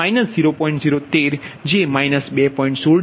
તેથી 2221∆21 0